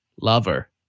Lover